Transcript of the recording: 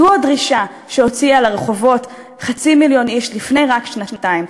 זו הדרישה שהוציאה לרחובות חצי מיליון איש לפני רק שנתיים.